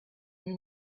and